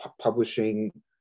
publishing